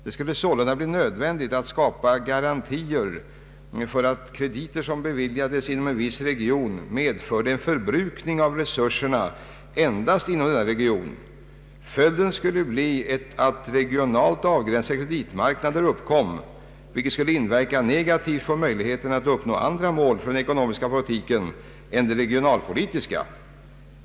Det skulle sålunda bli nödvändigt att skapa garantier för att krediter som beviljats inom en viss region medförde en förbrukning av resurser endast inom denna region. Följden skulle bli att regionalt avgränsade kreditmarknader uppkom, vilket skulle inverka negativt på möjligheterna att uppnå andra mål för den ekonomiska politiken är de regionalpolitiska.